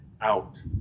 out